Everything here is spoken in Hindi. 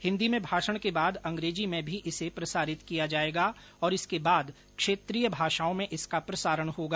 हिन्दी में भाषण के बाद अंग्रेजी में भी इसे प्रसारित किया जायेगा और इसके बाद क्षेत्रीय भाषाओं में इसका प्रसारण होगा